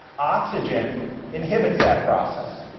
oxygen inhibits that process.